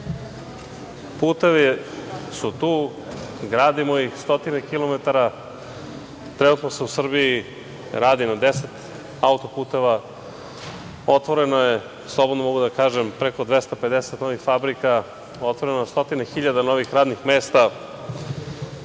Putevi su tu, gradimo ih, stotine kilometara, trenutno se u Srbiji radi na deset auto-puteva, otvoreno je, slobodno mogu da kažem, preko 250 novih fabrika, otvoreno je na stotine hiljada novih radnih mesta,